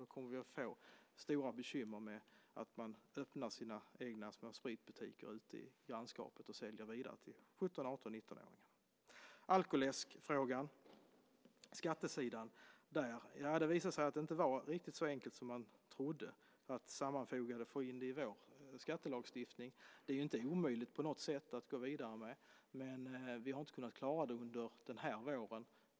Då kommer vi att få stora bekymmer med att man öppnar sina egna små spritbutiker ute i grannskapet och säljer vidare till 17-, 18 och 19-åringar. Frågan om alkoläsk och skatten: Det visade sig att det inte var riktigt så enkelt som man trodde, att sammanfoga det och få in det i vår skattelagstiftning. Det är inte omöjligt att gå vidare med det, men vi har inte kunnat klara det under den här våren.